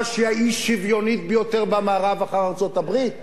שהיא האי-שוויונית ביותר במערב אחרי ארצות-הברית,